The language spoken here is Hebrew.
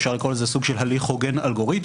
אפשר לקרוא לזה סוג הליך הוגן אלגוריתמי,